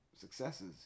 successes